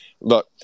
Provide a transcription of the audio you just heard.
Look